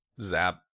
zap